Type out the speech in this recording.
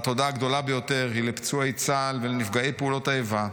התודה הגדולה ביותר היא לפצועי צה"ל ולנפגעי פעולות האיבה,